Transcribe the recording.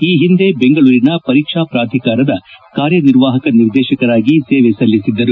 ಈ ಹಿಂದೆ ಬೆಂಗಳೂರಿನ ಪರೀಕ್ಷಾ ಪ್ರಾಧಿಕಾರದ ಕಾರ್ಯನಿರ್ವಾಹಕ ನಿರ್ದೇಶಕರಾಗಿ ಸೇವೆ ಸಲ್ಲಿಸಿದ್ದರು